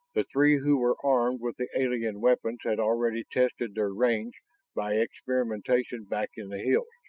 the three who were armed with the alien weapons had already tested their range by experimentation back in the hills,